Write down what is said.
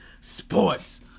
sports